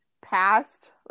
past